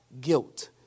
guilt